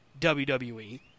WWE